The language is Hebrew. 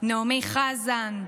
נעמי חזן,